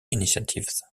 initiatives